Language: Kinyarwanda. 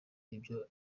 ibyo